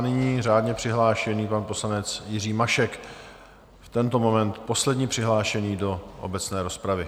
Nyní řádně přihlášený pan poslanec Jiří Mašek, v tento moment poslední přihlášený do obecné rozpravy.